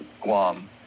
Guam